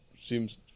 seems